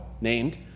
named